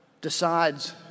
decides